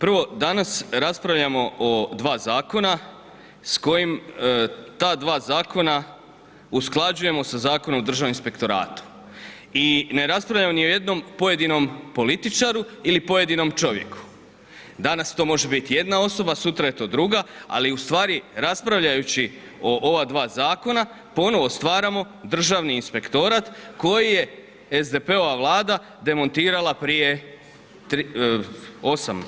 Prvo, danas raspravljamo o dva zakona s kojim ta dva zakona usklađujemo sa Zakonom o državnom inspektoratu i ne raspravljamo ni o jednom pojedinom političaru ili pojedinom čovjeku, danas to može bit jedna osoba, sutra je to druga, ali ustvari raspravljajući o ova dva Zakona ponovno stvaramo Državni inspektorat koji je SDP-ova Vlada demontirala prije 8